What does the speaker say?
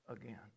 again